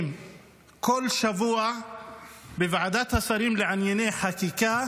בכל שבוע בוועדת השרים לענייני חקיקה